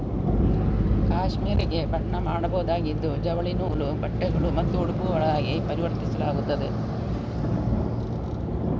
cashmere ಗೆ ಬಣ್ಣ ಮಾಡಬಹುದಾಗಿದ್ದು ಜವಳಿ ನೂಲು, ಬಟ್ಟೆಗಳು ಮತ್ತು ಉಡುಪುಗಳಾಗಿ ಪರಿವರ್ತಿಸಲಾಗುತ್ತದೆ